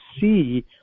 see